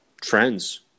trends